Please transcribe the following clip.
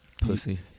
Pussy